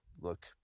look